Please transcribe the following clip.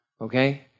okay